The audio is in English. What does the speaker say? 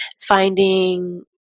Finding